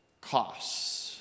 costs